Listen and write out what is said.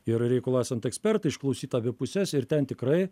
ir reikalui esant ekspertą išklausyt abi puses ir ten tikrai